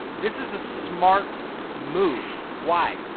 this is a smart move. why?